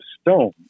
Stone